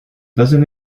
doesn’t